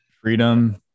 Freedom